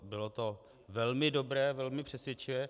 Bylo to velmi dobré, velmi přesvědčivé.